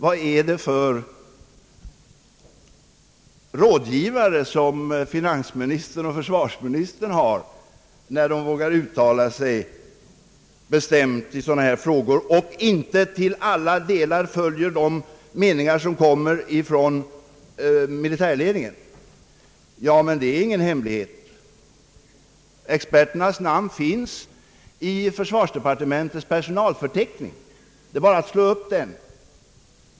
Vilka rådgivare har finansministern och försvarsministern när de så bestämt vågar uttala sig i frågor av detta slag och inte till alla delar följer de meningar som uttalas av militärledningen? Ja, det är ingen hemlighet. Experternas namn finns i försvarsdepartementets personalförteckning. Det är bara att slå upp dem.